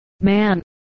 man